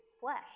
flesh